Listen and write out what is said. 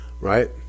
right